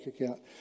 account